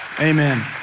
amen